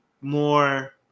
more